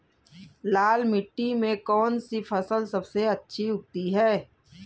लाल मिट्टी में कौन सी फसल सबसे अच्छी उगती है?